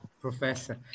Professor